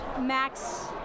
Max